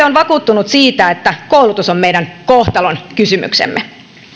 on vakuuttunut siitä että koulutus on meidän kohtalonkysymyksemme